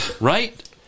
right